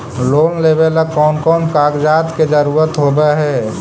Loan लेबे ला कौन कौन कागजात के जरुरत होबे है?